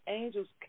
angels